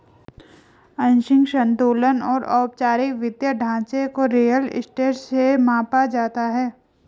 आंशिक संतुलन और औपचारिक वित्तीय ढांचे को रियल स्टेट से मापा जाता है